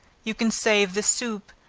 you can save the soup,